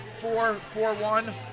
four-four-one